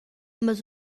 mas